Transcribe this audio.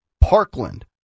Parkland